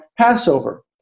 Passover